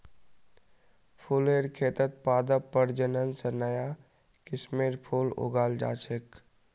फुलेर खेतत पादप प्रजनन स नया किस्मेर फूल उगाल जा छेक